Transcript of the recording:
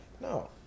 No